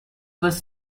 was